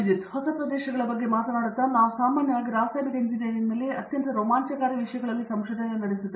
ದೇಶಪಾಂಡೆ ಹೊಸ ಪ್ರದೇಶಗಳ ಬಗ್ಗೆ ಮಾತನಾಡುತ್ತಾ ನಾವು ಸಾಮಾನ್ಯವಾಗಿ ರಾಸಾಯನಿಕ ಎಂಜಿನಿಯರಿಂಗ್ನಲ್ಲಿ ಅತ್ಯಂತ ರೋಮಾಂಚಕಾರಿ ವಿಷಯಗಳಲ್ಲಿ ಸಂಶೋಧನೆ ನಡೆಸುತ್ತೇವೆ